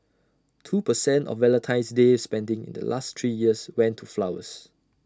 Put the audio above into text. two per cent of Valentine's day spending in the last three years went to flowers